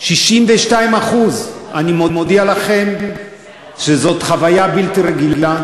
62% אני מודיע לכם שזאת חוויה בלתי רגילה.